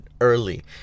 early